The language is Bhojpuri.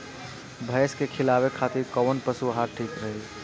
भैंस के खिलावे खातिर कोवन पशु आहार ठीक रही?